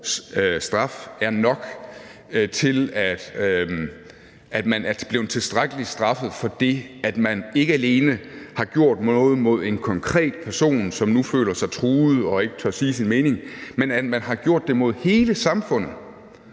straf er nok til, at man er blevet tilstrækkeligt straffet for det, at man ikke alene har gjort noget mod en konkret person, som nu føler sig truet og ikke tør sige sin mening, men har gjort det mod hele samfundet